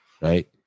Right